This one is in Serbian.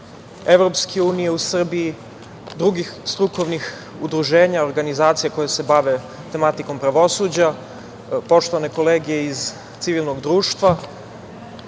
OEBS-a, EU u Srbiji, drugih strukovnih udruženja, organizacija koje se bave tematikom pravosuđa, poštovane kolege iz civilnog društva